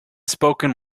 spoken